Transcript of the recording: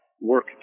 work